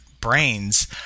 brains